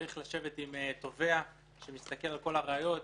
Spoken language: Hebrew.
וצריך לשבת עם תובע שמסתכל על כל הראיות,